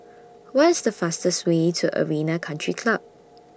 What IS The fastest Way to Arena Country Club